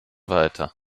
weiter